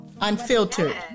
Unfiltered